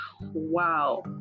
wow